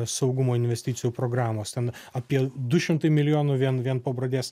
saugumo investicijų programos ten apie du šimtai milijonų vien vien pabradės